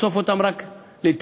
נחשוף אותם רק לתביעות.